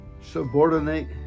subordinate